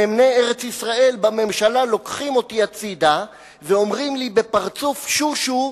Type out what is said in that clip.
עד שנאמני ארץ-ישראל בממשלה לוקחים אותי הצדה ואומרים לי בפרצוף "שושו":